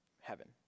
heaven